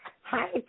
Hi